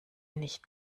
nicht